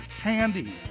Candy